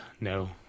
no